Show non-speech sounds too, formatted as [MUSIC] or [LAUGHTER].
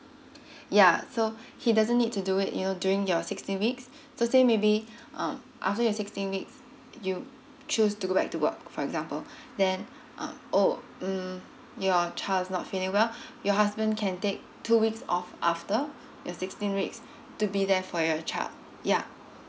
[BREATH] ya so he doesn't need to do it you know during your sixteen weeks so say maybe um after you sixteen weeks you choose to go back to work for example [BREATH] then um oh mm your child is not feeling well [BREATH] your husband can take two weeks off after your sixteen weeks to be there for your child yeah